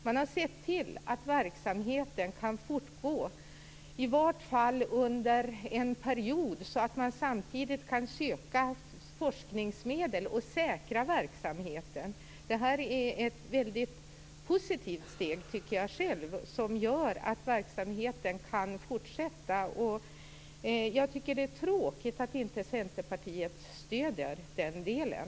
Man har sett till att verksamheten kan fortgå, i varje fall under en period så att det samtidigt går att söka forskningsmedel och säkra verksamheten. Det är ett positivt steg, som gör att verksamheten kan fortsätta. Det är tråkigt att Centerpartiet inte stöder den delen.